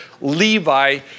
Levi